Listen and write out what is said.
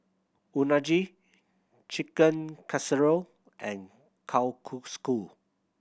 Unagi Chicken Casserole and Kalguksu